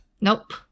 nope